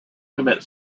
commit